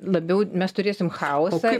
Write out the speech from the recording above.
labiau mes turėsim chaosą